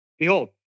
Behold